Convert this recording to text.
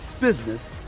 business